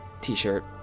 t-shirt